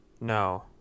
No